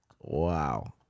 Wow